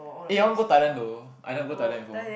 eh I want go Thailand though I never go Thailand before